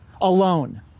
alone